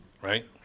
right